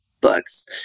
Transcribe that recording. books